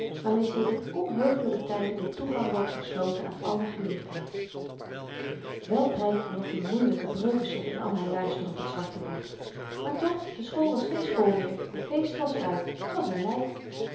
waarmee sedert onheugelyke tyden de toegang wordt ontsloten aan alle geleerdheid wel prykte nog die moeielyke breukensom in al haar luister op t zwarte bord maar toch de school was geen school meer de geest was er uit t was n lyk